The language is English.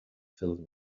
filled